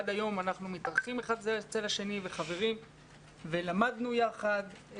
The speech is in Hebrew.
ועד היום אנחנו מתארחים האחד אצל השני וחברים ולמדנו יחד.